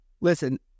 listen